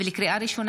לקריאה ראשונה,